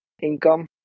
income